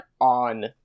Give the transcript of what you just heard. on